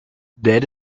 dead